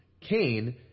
Cain